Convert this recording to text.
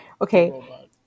okay